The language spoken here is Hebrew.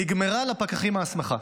נגמרה לפקחים ההסמכה,